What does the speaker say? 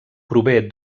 prové